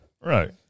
Right